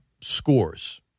scores